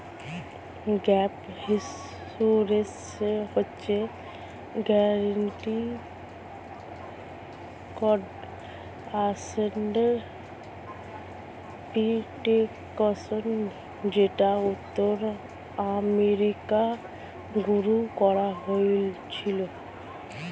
gap insurance হচ্ছে guaranteed asset protection যেটা উত্তর আমেরিকায় শুরু করা হয়েছিল